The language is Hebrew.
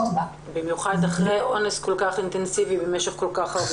במיוחד אחרי אונס כל-כך אינטנסיבי במשך כל-כך הרבה זמן.